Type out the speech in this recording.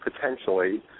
potentially